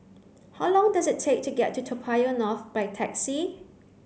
how long does it take to get to Toa Payoh North by taxi